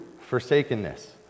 forsakenness